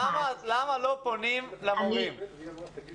לא קיבלת מכתב ממשרד החינוך שמזמן אותך: בוא אלינו להיקלט?